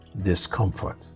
discomfort